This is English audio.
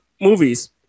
movies